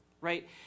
right